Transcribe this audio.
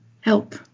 help